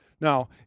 Now